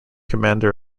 commander